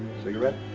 cigarette?